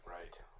right